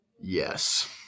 Yes